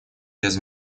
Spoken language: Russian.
без